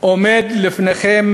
עומד לפניכם